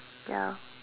ya